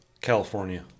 California